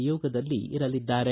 ನಿಯೋಗದಲ್ಲಿ ಇರಲಿದ್ದಾರೆ